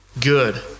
good